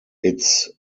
its